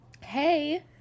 hey